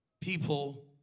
people